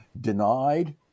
denied